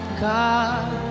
God